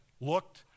looked